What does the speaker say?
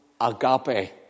agape